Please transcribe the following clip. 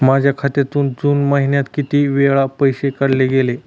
माझ्या खात्यातून जून महिन्यात किती वेळा पैसे काढले गेले?